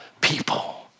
people